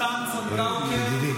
מתן צנגאוקר,